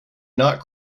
not